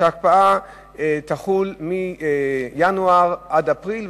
שההקפאה תחול מינואר עד אפריל,